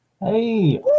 hey